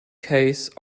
case